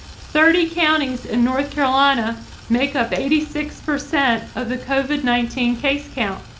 thirty counties in north carolina make up eighty six percent of the covid nineteen case. count.